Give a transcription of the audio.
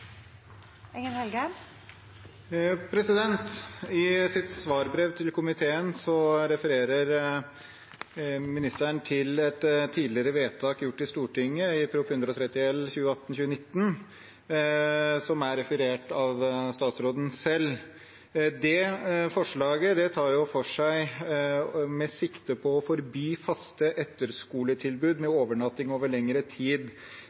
I sitt svarbrev til komiteen refererer statsråden til et tidligere vedtak gjort i Stortinget, i forbindelse med Prop. 130 L for 2018–2019. Det forslaget tar for seg å forby faste etter-skole-tilbud med overnatting over lengre tid for